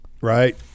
right